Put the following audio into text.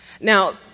Now